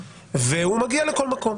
והוא מגיע לכל מקום.